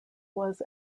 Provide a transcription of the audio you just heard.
was